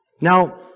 Now